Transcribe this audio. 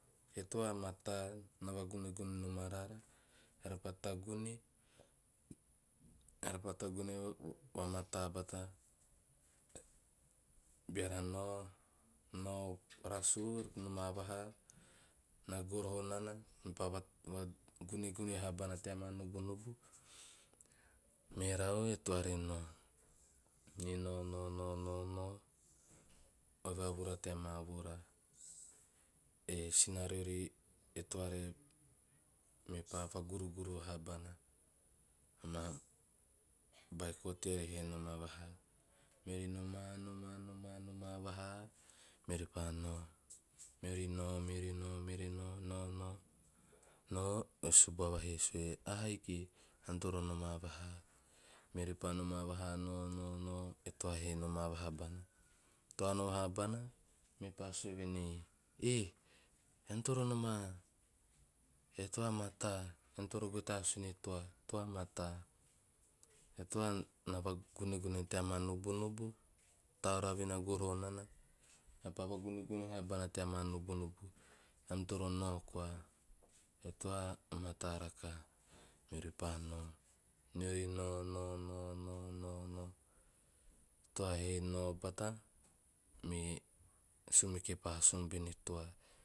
E toa mataa na vagunegun vahabana tea nubunubu, merau e toa re nao me nao nao nao nao oi vavura teama voora. E sina riori e toa re, meepa vagurugara habana, ama baiko teori he havaha maa meori noma noma noma noma vahaa, repa nao meori pa nao. Meori pa noma vaha nao nao nao nao nao e subuava he sue "ahiki eam toro noma vahaa." Meori pa noma vahaa nao nao nao nao e toa he noma habana. Toa nao habanaa mepaa sue venei "ea eon toro noma e toa mataa eon toro goe tea asun e toa, e toa mataa, e toa na vagunegune tea ma nubunubu, tauravi na goroho nana repa vagunegune habana tea ma nubunubu eam toro nao koa e toa a mataa rakaha." Meori pa nao, meori nao nao nao nao nao nao, e toa he nao bata me sumeke pa asuun bini toa.